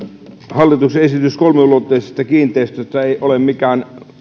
hallituksen esitys kolmiulotteisista kiinteistöistä ei ole mikään